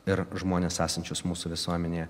ir žmones esančius mūsų visuomenėje